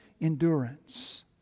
endurance